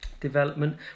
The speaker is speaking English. development